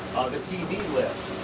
the tv lift